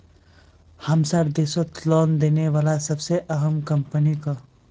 हमसार देशत लोन देने बला सबसे अहम कम्पनी क